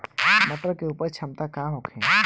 मटर के उपज क्षमता का होखे?